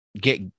get